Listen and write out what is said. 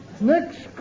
Next